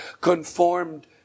conformed